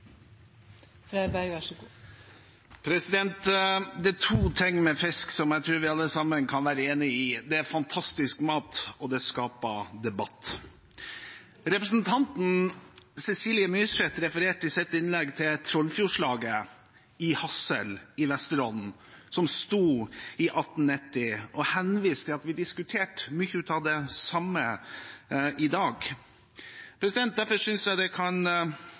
fantastisk mat, og det skaper debatt. Representanten Cecilie Myrseth refererte i sitt innlegg til Trollfjordslaget i Hadsel i Vesterålen, som sto i 1890, og henviste til at vi diskuterer mye av det samme i dag. Derfor synes jeg det kan